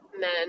men